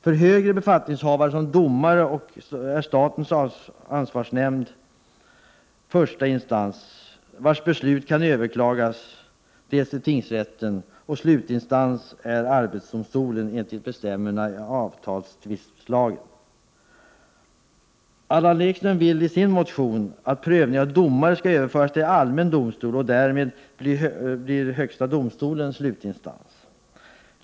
För högre befattningshavare och domare är statens ansvarsnämnd första instans, vars beslut kan överklagas till tingsrätt. Slutinstans är arbetsdomstolen enligt bestämmelserna i avtalstvistslagen. Allan Ekström vill i sin motion att prövningen av domare skall överföras till allmän domstol. Därmed blir högsta domstolen slutinstans.